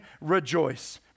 rejoice